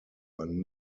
man